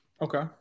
Okay